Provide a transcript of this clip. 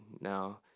now